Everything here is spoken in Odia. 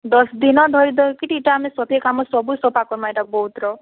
ଦଶ୍ ଦିନ୍ ଧରି ଧରିକି ଟି ଇଟା ଆମେ ସଫେଇ କାମ୍ ସବୁ ସଫା କରମା ଏଟା ବୌଦ୍ଧର